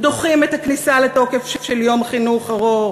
דוחים את הכניסה לתוקף של יום חינוך ארוך,